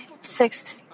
sixth